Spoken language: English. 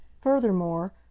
Furthermore